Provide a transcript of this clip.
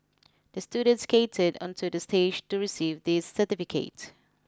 the student skated onto the stage to receive this certificate